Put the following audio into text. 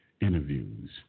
interviews